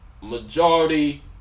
majority